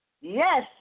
Yes